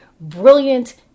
brilliant